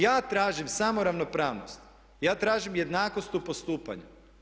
Ja tražim samo ravnopravnost, ja tražim jednakost u postupanju.